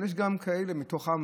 אבל יש גם כאלה מתוכם,